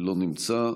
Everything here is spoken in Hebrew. לא נמצא.